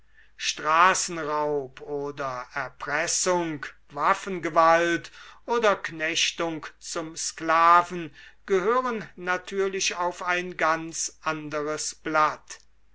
straßenraub oder erpressung waffengewalt oder knechtung zum sklaven gehören natürlich auf ein ganz anderes blatt